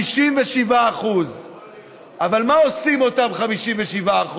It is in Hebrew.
57%. אבל מה עושים אותם 57%?